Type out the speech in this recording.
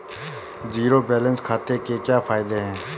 Zero balance खाते के क्या फायदे हैं?